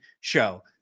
show